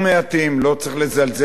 לא צריך לזלזל בהם.